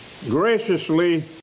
graciously